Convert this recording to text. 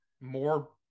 more